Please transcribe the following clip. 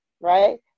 right